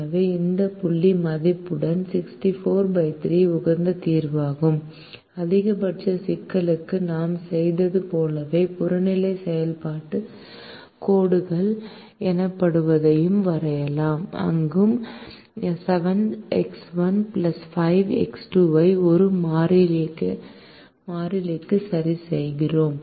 எனவே இந்த புள்ளி மதிப்புடன் 643 உகந்த தீர்வாகும் அதிகபட்ச சிக்கலுக்கு நாம் செய்தது போலவே புறநிலை செயல்பாட்டு கோடுகள் எனப்படுவதையும் வரையலாம் அங்கு 7X1 5X2 ஐ ஒரு மாறிலிக்கு சரிசெய்கிறோம்